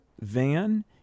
van